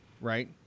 Right